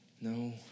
No